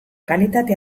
kalitate